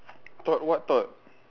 thought what thought